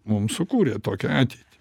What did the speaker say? mums sukūrė tokią ateitį